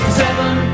seven